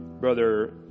Brother